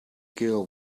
girl